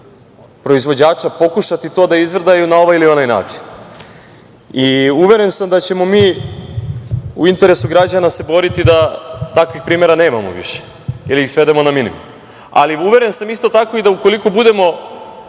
proizvođača pokušati to da izvrdaju na ovaj ili onaj način i uveren sam da ćemo mi u interesu građana se boriti da takvih primera nemamo više ili da ih svedemo na minimum, ali uveren sam isto tako i da ukoliko budemo